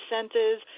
centers